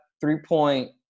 three-point